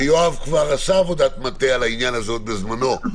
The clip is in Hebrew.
כשיואב כבר עשה עבודת מטה על העניין הזה עוד בזמנו,